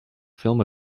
film